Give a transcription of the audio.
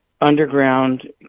underground